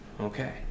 Okay